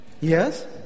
Yes